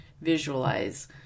visualize